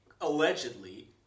allegedly